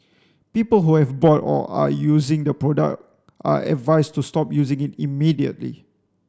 people who have bought or are using the product are advised to stop using it immediately